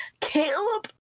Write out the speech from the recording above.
Caleb